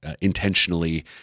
intentionally